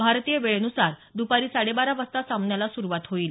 भारतीय वेळेनुसार दुपारी साडे बारा वाजता सामन्याला सुरुवात होईल